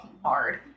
Hard